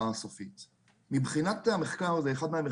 בראשם נעמה שולץ